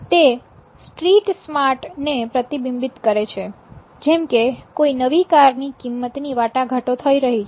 તે street smart ને પ્રતિબિંબિત કરે છે જેમકે કોઈ નવી કારની કિંમત ની વાટાઘાટો થઈ રહી છે